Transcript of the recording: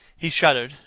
he shuddered,